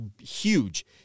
huge